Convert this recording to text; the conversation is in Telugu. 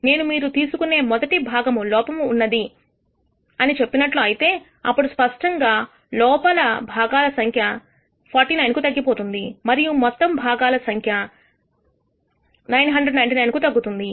నేను మీరు తీసుకునే మొదటి భాగము లోపము ఉన్నది అని చెప్పినట్లు అయితే అప్పుడు స్పష్టంగా లో లోపము గల భాగాల సంఖ్య 49 కు తగ్గిపోతుంది మరియు మొత్తం భాగాల సంఖ్య 999 కు తగ్గుతుంది